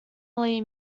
lee